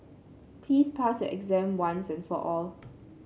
please pass your exam once and for all